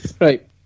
right